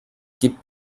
gibt